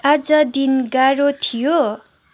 आज दिन गाह्रो थियो